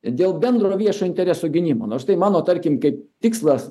dėl bendro viešo intereso gynimo nors tai mano tarkim kaip tikslas